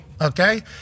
okay